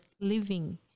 living